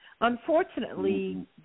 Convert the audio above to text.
Unfortunately